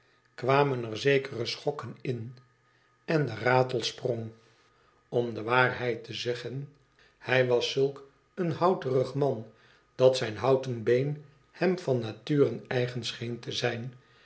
kwamen er zekere schokken in en de ratel sprong om de waarheid te zeggen hij was zulk een houterig man dat zijn houten been hem van nature eigen scheen te zijn